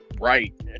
Right